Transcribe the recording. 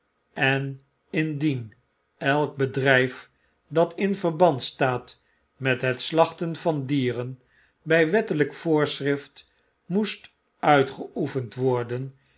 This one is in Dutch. en indien elk bedrijf dat in verband staat met het slachten van dieren by wettelijk voorschriftmoestuitgeoefend worden